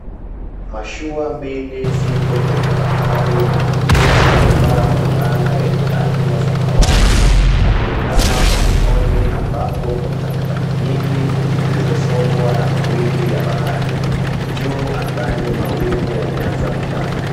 Mashua mbili ziko kwenye bahari na mtu aliyevaa fulana yenye rangi ya samawati ameinama ufukoni, ambapo kuna takataka nyingi zilizosombwa na mawimbi ya bahari. Juu mawingu yamanza kutanda.